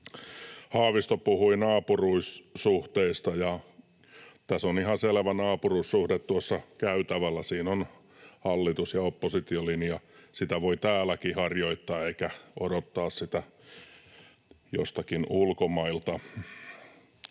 Haavisto puhui naapuruussuhteista. Tässä on ihan selvä naapuruussuhde tuossa käytävällä, siinä on hallitus—oppositio-linja, sitä voi täälläkin harjoittaa eikä odottaa sitä jostakin ulkomailta.